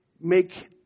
make